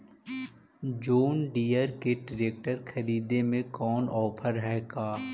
जोन Deere के tractor खरिदे में कोई औफर है का?